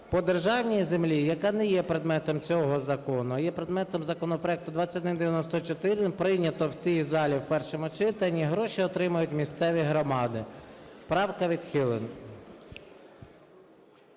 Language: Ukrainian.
По державній землі, яка не є предметом цього закону, а є предметом законопроекту 2194, прийнятого в цій залі в першому читанні, гроші отримають місцеві громади. Правка відхилена.